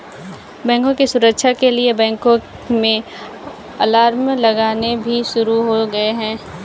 बैंकों की सुरक्षा के लिए बैंकों में अलार्म लगने भी शुरू हो गए हैं